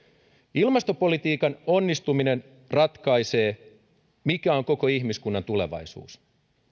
ilmastopolitiikan onnistuminen ratkaisee mikä on koko ihmiskunnan tulevaisuus